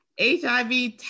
HIV